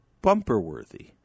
Bumper-worthy